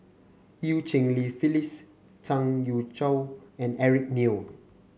Eu Cheng Li Phyllis Zhang Youshuo and Eric Neo